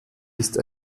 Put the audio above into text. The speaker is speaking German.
ist